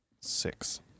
Six